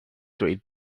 dweud